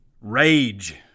rage